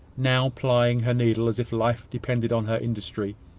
now plying her needle as if life depended on her industry,